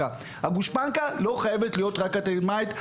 הגושפנקא לא חייבת להיות אקדמאית.